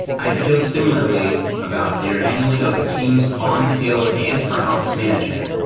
i feel similarly about their handling of the team's on-field and front office management.